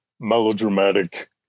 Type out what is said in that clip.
melodramatic